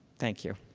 thank you.